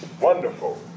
Wonderful